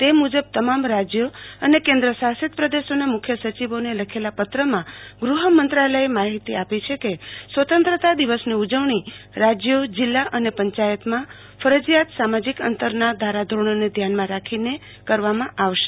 તે મુજબ તમામરાજયો અને કેન્દસાશિત પ્રદેશોના મુખ્યસચિવોને લખાયેલા પત્રમાં ગૃહમંત્રાલયે માહિતી આપી છ કે સ્વતંત્રતા દિવસની ઉજવણી રાજયો જિલ્લા અને પંચાયતમાં ફરજિયાત સામાર્જિક અંતરના ધારાધોરણને ધ્યાનમાં રાખીન કરવામાં આવશે